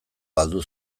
galdu